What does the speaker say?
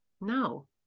No